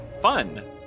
Fun